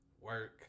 work